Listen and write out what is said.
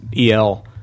EL